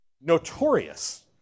notorious